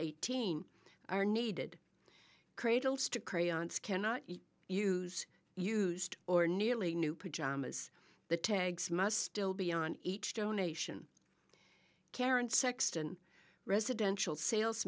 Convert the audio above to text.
eighteen are needed cradles to crayons cannot use used or nearly new pajamas the tags must still be on each donation karen sexton residential sales